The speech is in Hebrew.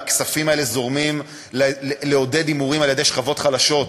והכספים האלה זורמים לעידוד הימורים על-ידי שכבות חלשות.